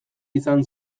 izan